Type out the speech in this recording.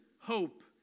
hope